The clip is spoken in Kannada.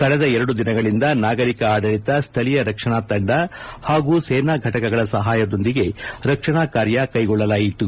ಕಳೆದ ಎರಡು ದಿನಗಳಿಂದ ನಾಗರಿಕ ಆದಳಿತ ಸ್ವಳೀಯ ರಕ್ಷಣಾ ತಂಡ ಹಾಗೂ ಸೇನಾ ಘಟಕಗಳ ಸಹಾಯದೊಂದಿಗೆ ರಕ್ಷಣಾ ಕಾರ್ಯ ಕೈಗೊಳ್ಳಲಾಯಿತು